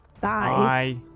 bye